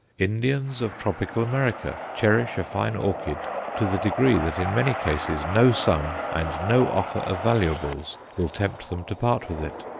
indians of tropical america cherish a fine orchid to the degree that in many cases no sum, and no offer of valuables, will tempt them to part with it.